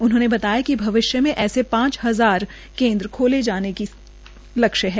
उन्होंने बताया कि भविष्य में ऐसे पांच हजार केन्द्र खोले जाने का लक्ष्य है